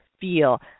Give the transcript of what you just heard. feel